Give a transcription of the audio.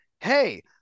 hey